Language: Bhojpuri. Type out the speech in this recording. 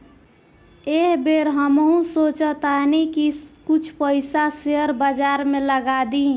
एह बेर हमहू सोचऽ तानी की कुछ पइसा शेयर बाजार में लगा दी